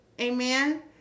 Amen